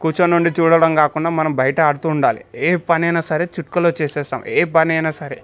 కూర్చొని ఉండి చూడటం కాకున్నా మనం బయట ఆడుతూ ఉండాలి ఏ పనైనా సరే చిటికలో చేసేస్తాము ఏ పనైనా సరే